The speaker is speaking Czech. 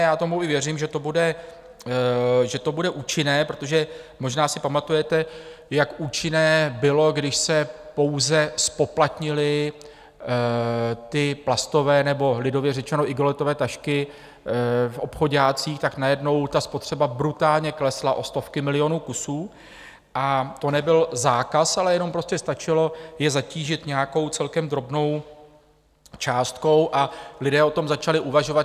Já tomu i věřím, že to bude účinné, protože možná si pamatujete, jak účinné bylo, když se pouze zpoplatnily ty plastové nebo lidově řečeno igelitové tašky v obchoďácích, najednou ta spotřeba brutálně klesla o stovky milionů kusů, a to nebyl zákaz, ale jenom stačilo je zatížit nějakou celkem drobnou částkou a lidé o tom začali uvažovat.